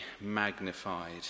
magnified